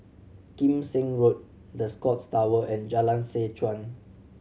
Kim Seng Road The Scotts Tower and Jalan Seh Chuan